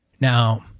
Now